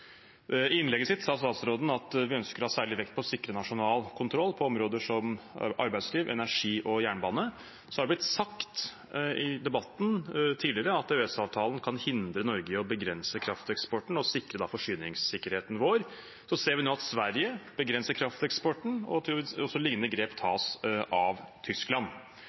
I innlegget sitt sa utenriksministeren at vi ønsker å ha særlig vekt på å sikre nasjonal kontroll på områder som arbeidsliv, energi og jernbane. Det er blitt sagt i debatten tidligere at EØS-avtalen kan hindre Norge i å begrense krafteksporten og sikre forsyningssikkerheten vår. Vi ser nå at Sverige begrenser krafteksporten, og lignende grep tas av Tyskland.